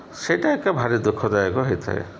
ସେଇଟା ଏକା ଭାରି ଦୁଃଖଦାୟକ ହୋଇଥାଏ